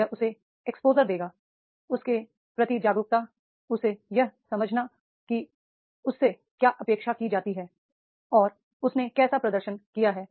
यह उसे एक्सपोज़र देगा उसके प्रति जागरूकता उसे यह समझना कि उससे क्या अपेक्षा की जाती है और उसने कैसा प्रदर्शन किया है